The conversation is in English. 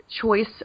Choice